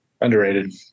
Underrated